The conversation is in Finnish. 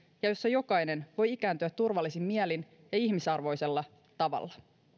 ja jossa jokainen voi ikääntyä turvallisin mielin ja ihmisarvoisella tavalla